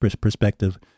perspective